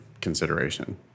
consideration